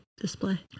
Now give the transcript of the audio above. display